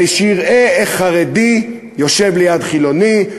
ושיראה איך חרדי יושב ליד חילוני,